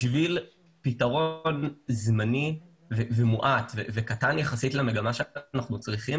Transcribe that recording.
בשביל פתרון זמני וקטן יחסית למגמה שאנחנו צריכים